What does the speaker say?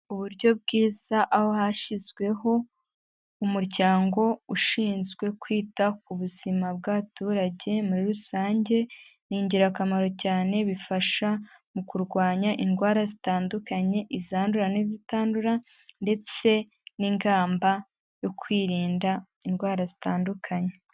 Uburyo bwiza aho hashyizweho umuryango ushinzwe kwita ku buzima bw'abaturage muri rusange, ni ingirakamaro cyane bifasha mu kurwanya indwara zitandukanye, izandura n'izitandura ndetse n'ingamba yo kwirinda indwara zitandukanye.